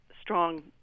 strong